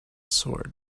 sword